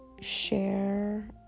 share